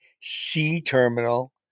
C-terminal